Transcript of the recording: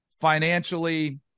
financially